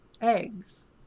eggs